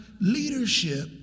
leadership